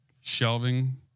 shelving